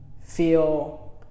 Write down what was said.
feel